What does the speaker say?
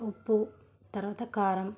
ఉప్పు తరువాత కారం